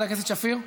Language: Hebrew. חבר הכנסת דוד אמסלם.